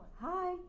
Hi